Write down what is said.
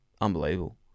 unbelievable